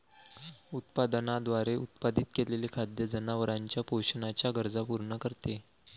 उत्पादनाद्वारे उत्पादित केलेले खाद्य जनावरांच्या पोषणाच्या गरजा पूर्ण करते